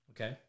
Okay